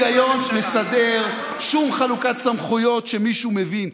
שום היגיון מסדר, שום חלוקת סמכויות שמישהו מבין.